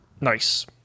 Nice